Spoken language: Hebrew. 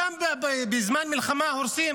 גם בזמן מלחמה הורסים?